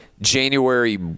January